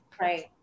right